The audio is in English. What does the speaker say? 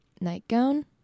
nightgown